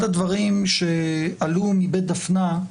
אחד הדברים שעלו מבית דפנה,